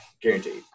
guaranteed